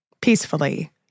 peacefully